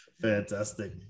Fantastic